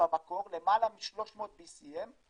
למעלה מ-300 BCM,